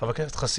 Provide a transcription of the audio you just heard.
חבר הכנסת חסיד.